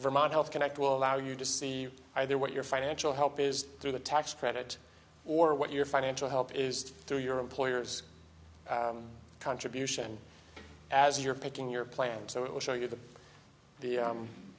vermont health connect will allow you to see either what your financial help is through the tax credit or what your financial help is through your employer's contribution as you're picking your plan so it will show you that the